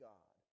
God